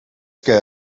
que